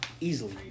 easily